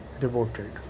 devoted